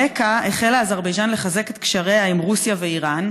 ברקע החלה אזרבייג'ן לחזק את קשריה עם רוסיה ואיראן,